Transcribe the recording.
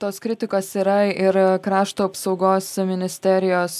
tos kritikos yra ir krašto apsaugos ministerijos